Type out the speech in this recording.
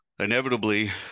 Inevitably